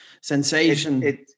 sensation